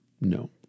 no